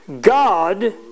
God